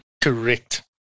Correct